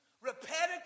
repetitive